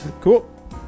Cool